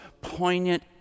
poignant